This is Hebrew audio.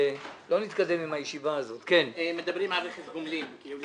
וכל מכרז לגופו מחויב ברכש גומלין על פי התקנון.